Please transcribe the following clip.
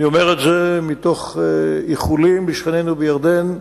אני אומר את זה מתוך איחולים לשכנינו בירדן,